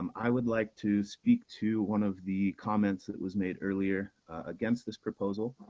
um i would like to speak to one of the comments that was made earlier against this proposal,